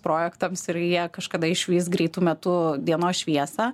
projektams ir jie kažkada išvys greitu metu dienos šviesą